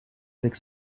avec